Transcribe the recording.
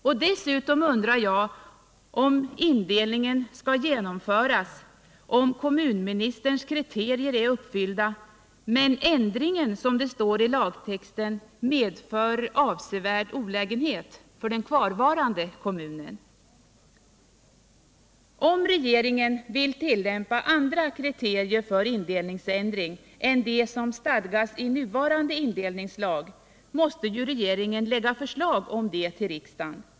Och dessutom undrar jag om indelningen skall genomföras om kommunministerns kriterier är uppfyllda men ändringen; som det står i lagtexten, ”medför avsevärd olägenhet” för den kvarvarande kommunen. Om regeringen vill tillämpa andra kriterier för indelningsändring än de som stadgas i nuvarande indelningslag, måste ju regeringen lägga förslag om det till riksdagen.